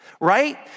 right